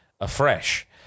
afresh